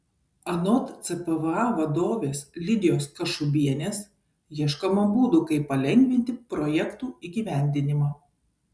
anot cpva vadovės lidijos kašubienės ieškoma būdų kaip palengvinti projektų įgyvendinimą